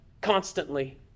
constantly